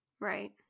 Right